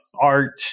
art